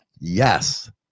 yes